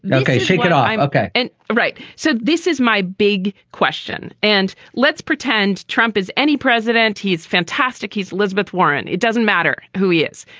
and ok. shake it off. um ok. all and right. so this is my big question. and let's pretend trump is any president. he's fantastic. he's elizabeth warren. it doesn't matter who he is.